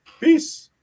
peace